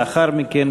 לאחר מכן,